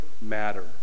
matter